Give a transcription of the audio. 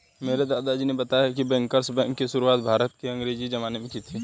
मेरे दादाजी ने बताया की बैंकर्स बैंक की शुरुआत भारत में अंग्रेज़ो के ज़माने में की थी